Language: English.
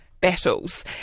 battles